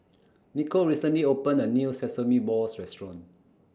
Nico recently opened A New Sesame Balls Restaurant